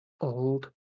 old